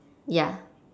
ya